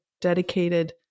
dedicated